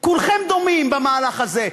כולכם דומים במהלך הזה.